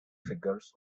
figures